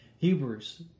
Hebrews